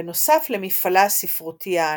בנוסף למפעלה הספרותי הענף.